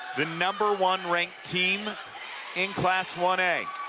the number one ranked team in class one a